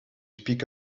speak